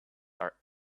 are